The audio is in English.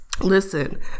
Listen